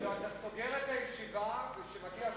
אתה סוגר את הישיבה וכשמגיע שר אתה פותח אותה.